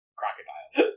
crocodiles